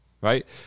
right